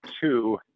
two